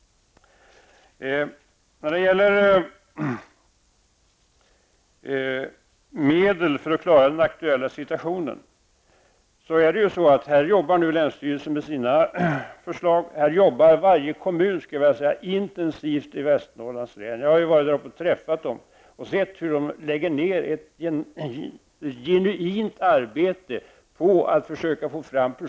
Det har talats om medel för att klara den aktuella situationen. Länsstyrelsen arbetar med sina förslag. Varje kommun i Västernorrland arbetar intensivt för att få fram projekt som skall ge sysselsättning. Jag har varit där uppe och sett vilket genuint arbete som läggs ned.